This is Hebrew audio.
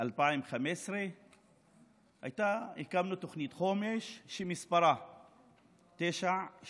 2015 הקמנו תוכנית חומש שמספרה 922,